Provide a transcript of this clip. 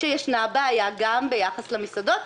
שיש בעיה גם ביחס למסעדות,